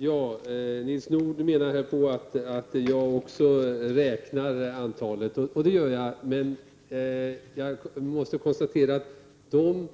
Fru talman! Nils Nordh säger att också jag räknar antalet kommunsvar, och det gör jag. Jag konstaterar dock att de